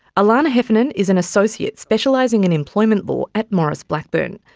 alana heffernan is an associate specialising in employment law at maurice blackburn.